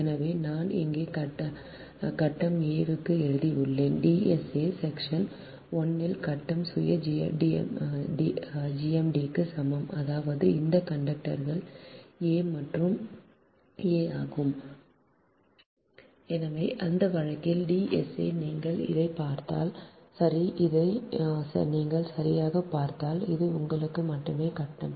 எனவே நான் இங்கே கட்டம் a க்கு எழுதியுள்ளேன் D sa செச்ஷன் 1ல் கட்டம் a சுய GMDக்கு சமம் அதாவது அந்த கண்டக்டர்கள் எ மற்றும் எ ஆகும் எனவே அந்த வழக்கில் D sa நீங்கள் இதைப் பார்த்தால் சரி இதை நீங்கள் சரியாகப் பார்த்தால் அது உங்களுக்கு மட்டுமே கட்டம்